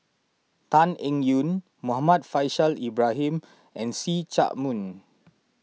Tan Eng Yoon Muhammad Faishal Ibrahim and See Chak Mun